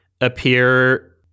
appear